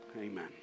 Amen